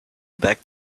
back